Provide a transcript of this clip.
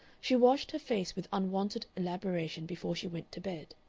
she washed her face with unwonted elaboration before she went to bed.